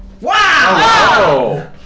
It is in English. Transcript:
Wow